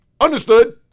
Understood